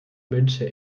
wünsche